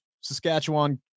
Saskatchewan